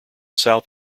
south